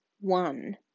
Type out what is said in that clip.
one